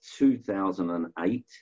2008